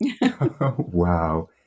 Wow